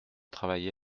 travaillé